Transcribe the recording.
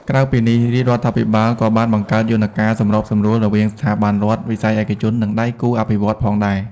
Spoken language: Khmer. ក្រៅពីនេះ រាជរដ្ឋាភិបាលក៏បានបង្កើតយន្តការសម្របសម្រួលរវាងស្ថាប័នរដ្ឋ វិស័យឯកជន និងដៃគូអភិវឌ្ឍន៍ផងដែរ។